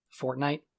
Fortnite